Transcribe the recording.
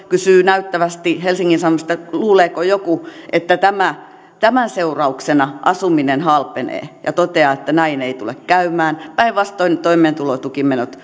kysyy näyttävästi helsingin sanomissa että luuleeko joku että tämän seurauksena asuminen halpenee ja toteaa että näin ei tule käymään päinvastoin toimeentulotukimenot